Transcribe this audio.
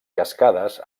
cascades